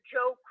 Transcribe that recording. Joe